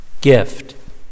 gift